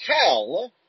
tell